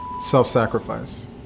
Self-sacrifice